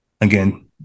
again